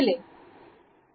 हेच स्लाईड बघा